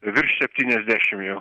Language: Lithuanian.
virš septyniasdešimt jau